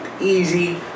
easy